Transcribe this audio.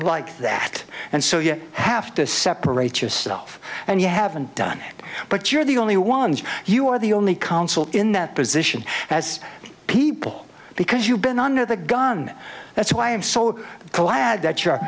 like that and so you have to separate yourself and you haven't done it but you're the only ones you are the only council in that position as people because you've been under the gun that's why i'm so glad that